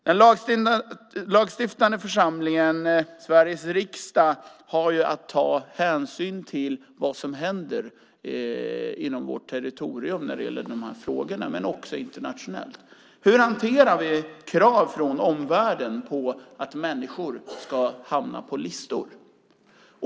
Den lagstiftande församlingen, Sveriges riksdag, har ju att ta hänsyn till vad som händer inom vårt territorium när det gäller de här frågorna men också internationellt. Hur hanterar vi krav från omvärlden på att människor ska hamna på listor?